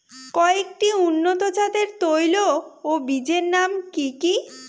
কয়েকটি উন্নত জাতের তৈল ও বীজের নাম কি কি?